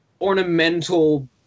Ornamental